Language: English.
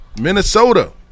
Minnesota